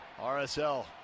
RSL